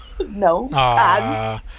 no